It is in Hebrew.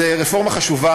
שזו רפורמה חשובה.